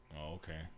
okay